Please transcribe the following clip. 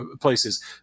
places